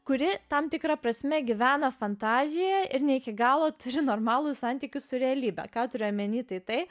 kuri tam tikra prasme gyvena fantazijoje ir ne iki galo turi normalų santykius su realybe ką turiu omeny tai tai